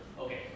Okay